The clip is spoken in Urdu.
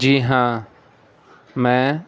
جی ہاں میں